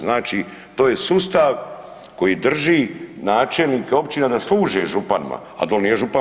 Znači to je sustav koji drži načelnike općina da služe županima, a doli nije župan